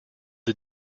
the